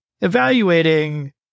evaluating